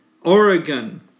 Oregon